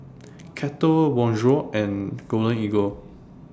Kettle Bonjour and Golden Eagle